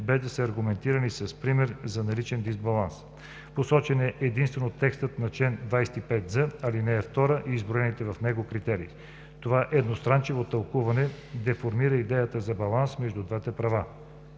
без да са аргументирани с пример за наличен дисбаланс. Посочен е единствено текстът на чл. 25з, ал. 2 и изброените в него критерии. Това едностранчиво тълкуване деформира идеята за баланс между двете права.